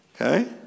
Okay